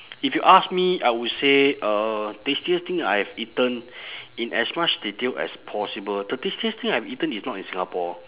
if you ask me I would say uh tastiest thing I have eaten in as much detail as possible the tastiest thing I have eaten is not in singapore